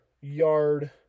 Yard